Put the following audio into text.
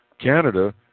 Canada